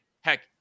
Heck